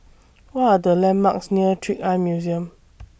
What Are The landmarks near Trick Eye Museum